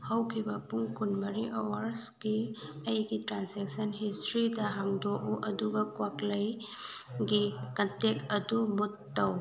ꯍꯧꯈꯤꯕ ꯄꯨꯡ ꯀꯨꯟꯃꯔꯤ ꯑꯋꯥꯔꯁꯀꯤ ꯑꯩꯒꯤ ꯇ꯭ꯔꯥꯟꯁꯦꯛꯁꯟ ꯍꯤꯁꯇ꯭ꯔꯤꯗ ꯍꯥꯡꯗꯣꯛꯎ ꯑꯗꯨꯒ ꯀ꯭ꯋꯥꯛꯂꯩ ꯒꯤ ꯀꯟꯇꯦꯛ ꯑꯗꯨ ꯃꯨꯠ ꯇꯧ